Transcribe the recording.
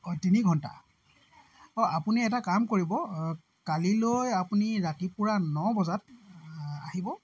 অঁ তিনি ঘণ্টা অঁ আপুনি এটা কাম কৰিব কালিলৈ আপুনি ৰাতিপুৱা ন বজাত আহিব